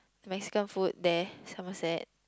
Mexican food there Somerset